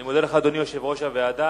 אני מודה לך, אדוני יושב-ראש הוועדה.